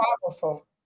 powerful